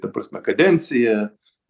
ta prasme kadenciją